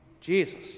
Jesus